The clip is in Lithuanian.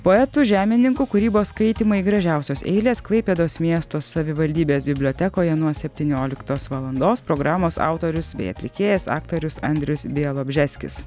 poetų žemininkų kūrybos skaitymai gražiausios eilės klaipėdos miesto savivaldybės bibliotekoje nuo septynioliktos valandos programos autorius bei atlikėjas aktorius andrius bielobžeskis